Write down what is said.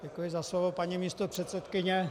Děkuji za slovo, paní místopředsedkyně.